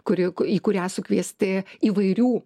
kuri į kurią sukviesti įvairių